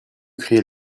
créer